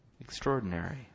Extraordinary